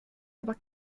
aber